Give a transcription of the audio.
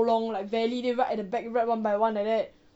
long like valid date write at the back write one by one like that